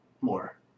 More